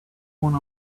one